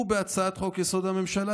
ובהצעת חוק-יסוד: הממשלה,